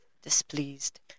displeased